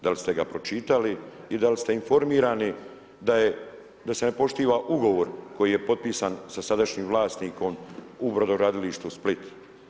Dal ste ga pročitali i dal ste informirani da je, da se ne poštiva ugovor, koji je potpisan sa sadašnjim vlasnikom u brodogradilištu Split.